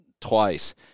twice